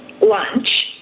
lunch